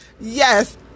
Yes